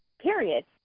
Period